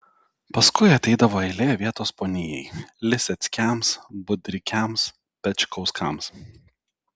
paskui ateidavo eilė vietos ponijai liseckiams budrikiams pečkauskams